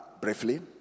briefly